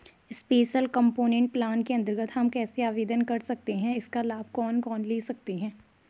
Special component plan के अन्तर्गत हम कैसे आवेदन कर सकते हैं इसका लाभ कौन कौन लोग ले सकते हैं?